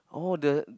oh the